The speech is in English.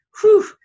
Whew